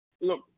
Look